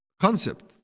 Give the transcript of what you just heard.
concept